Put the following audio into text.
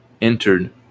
entered